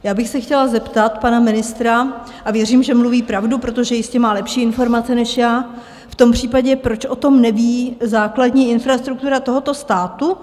Já bych se chtěla zeptat pana ministra, a věřím, že mluví pravdu, protože jistě má lepší informace než já, proč o tom v tom případě neví základní infrastruktura tohoto státu?